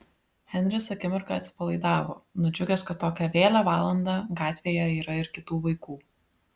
henris akimirką atsipalaidavo nudžiugęs kad tokią vėlią valandą gatvėje yra ir kitų vaikų